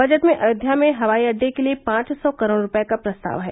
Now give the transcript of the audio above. budget में अयोध्या में हवाई अड्डे के लिये पांच सौ करोड़ रूपये का प्रस्ताव है